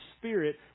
spirit